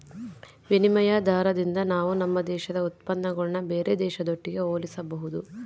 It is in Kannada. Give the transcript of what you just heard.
ವಿನಿಮಯ ದಾರದಿಂದ ನಾವು ನಮ್ಮ ದೇಶದ ಉತ್ಪನ್ನಗುಳ್ನ ಬೇರೆ ದೇಶದೊಟ್ಟಿಗೆ ಹೋಲಿಸಬಹುದು